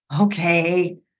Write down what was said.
Okay